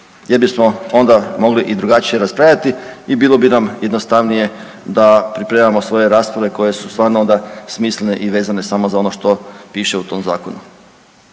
jer bismo onda mogli i drugačije raspravljati i bilo bi nam jednostavnije da pripremamo svoje rasprave koje su stvarno onda smislene i vezane samo za ono što piše u tom Zakonu.